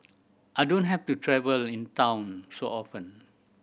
I don't have to travel in town so often